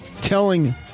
telling